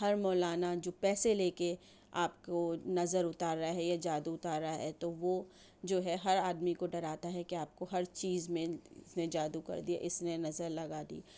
ہر مولانا جو پیسے لے کے آپ کو نظر اتار رہا ہے یا جادو اتار رہا ہے تو وہ جو ہے ہر آدمی کو ڈراتا ہے کہ آپ کو ہر چیز میں اس نے جادو کر دیا اس نے نظر لگا دی